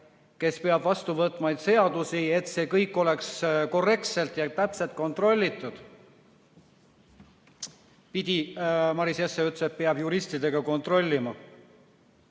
kes peab vastu võtma seadusi, et kõik oleks korrektselt ja täpselt kontrollitud. Maris Jesse ütles, et peab juristidega kontrollima,